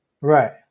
right